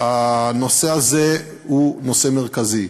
הנושא הזה הוא נושא מרכזי.